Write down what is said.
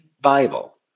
Bible